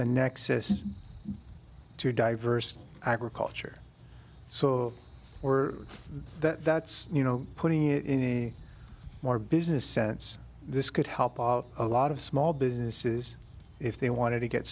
nexus to diverse agriculture so we're that's you know putting it in a more business sense this could help a lot of small businesses if they wanted to get